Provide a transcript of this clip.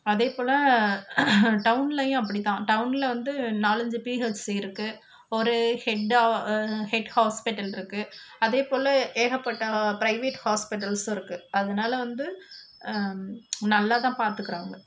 அதே போல் டவுன்லேயும் அப்படிதான் டவுனில் வந்து நாலஞ்சு பிஹச்சி இருக்குது ஒரு ஹெட்டாக ஹெட் ஹாஸ்பிட்டல் இருக்குது அதே போல் ஏகப்பட்ட ப்ரைவேட் ஹாஸ்பிட்டல்ஸும் இருக்குது அதனால வந்து நல்லாதான் பார்த்துக்குறாங்க